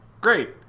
great